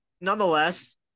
nonetheless